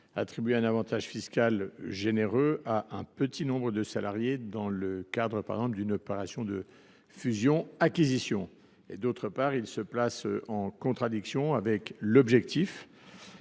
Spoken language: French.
attribuer un avantage fiscal généreux à un petit nombre de salariés dans le cadre, par exemple, d’une opération de fusion acquisition. En outre, c’est en contradiction avec l’objectif